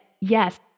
Yes